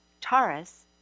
Taurus